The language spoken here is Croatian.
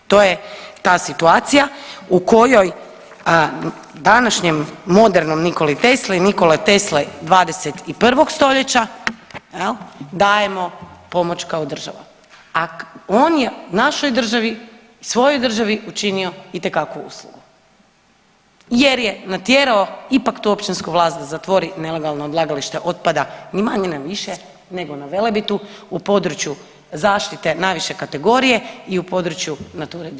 Evo to je ta situacija u kojoj današnjem modernom Nikoli Tesli i Nikole Tesle 21. stoljeća dajemo pomoć kao država, a on je našoj državi, svojoj državi učinio itekakvu uslugu jer je natjerao ipak tu općinsku vlast da zatvori nelegalno odlagalište otpada ni manje ni više nego na Velebitu u području zaštite najviše kategorije i u području Nature 2000.